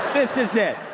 this is it.